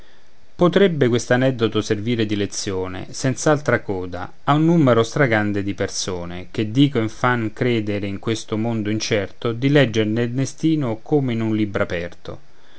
mondo potrebbe quest'aneddoto servire di lezione senz'altra coda a un numero stragrande di persone che dicono e fan credere in questo mondo incerto di legger nel destino come in un libro aperto